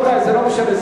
זה הסיכום שלי עם אלקין,